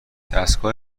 دستگاه